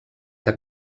que